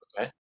okay